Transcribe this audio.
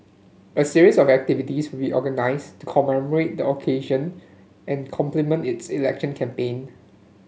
a series of activities will be organised to commemorate the occasion and complement its election campaign